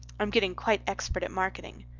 i'm getting quite expert at marketing.